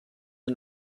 und